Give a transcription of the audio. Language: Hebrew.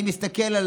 אני מסתכל על